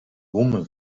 woman